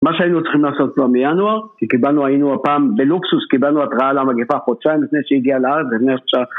מה שהיינו צריכים לעשות לו מינואר, כי קיבלנו היינו הפעם בלוקסוס קיבלנו התראה על המגפה חודשיים לפני שהיא הגיעה לארץ לפני שה...